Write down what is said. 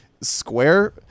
square